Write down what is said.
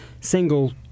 single